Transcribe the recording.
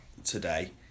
today